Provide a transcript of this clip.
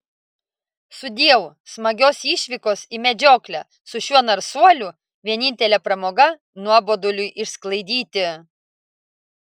sudieu smagios išvykos į medžioklę su šiuo narsuoliu vienintelė pramoga nuoboduliui išsklaidyti